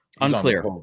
Unclear